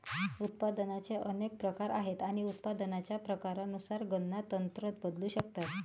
उत्पादनाचे अनेक प्रकार आहेत आणि उत्पादनाच्या प्रकारानुसार गणना तंत्र बदलू शकतात